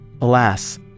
Alas